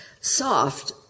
Soft